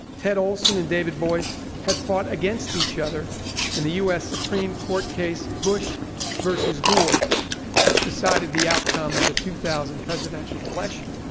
ted olson and david boies have fought against each other in the u s. supreme court case bush versus gore which decided the outcome of the two thousand presidential election.